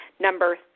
number